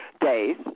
days